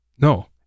No